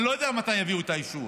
אני לא יודע מתי יביאו את האישור.